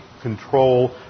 control